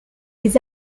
des